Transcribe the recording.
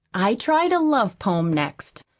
i tried a love poem next.